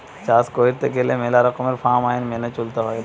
চাষ কইরতে গেলে মেলা রকমের ফার্ম আইন মেনে চলতে হৈ